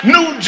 New